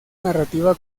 narrativa